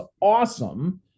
awesome